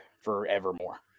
forevermore